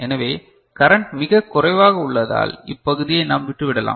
எனவே கரண்ட் மிக குறைவாக உள்ளதால் இப்பகுதியை நாம் விட்டு விடலாம்